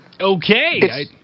Okay